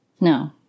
no